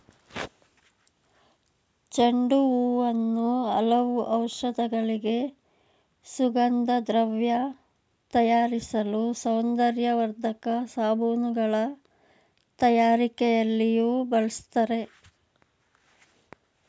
ಚೆಂಡು ಹೂವನ್ನು ಹಲವು ಔಷಧಿಗಳಿಗೆ, ಸುಗಂಧದ್ರವ್ಯ ತಯಾರಿಸಲು, ಸೌಂದರ್ಯವರ್ಧಕ ಸಾಬೂನುಗಳ ತಯಾರಿಕೆಯಲ್ಲಿಯೂ ಬಳ್ಸತ್ತರೆ